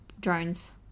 drones